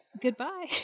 goodbye